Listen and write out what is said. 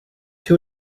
two